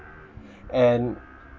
and